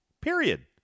period